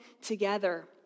together